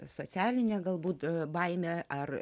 socialinę galbūt baimę ar